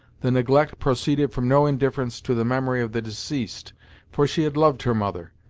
the neglect proceeded from no indifference to the memory of the deceased for she had loved her mother,